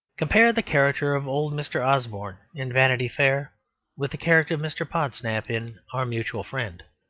compare the character of old mr. osborne in vanity fair with the character of mr. podsnap in our mutual friend.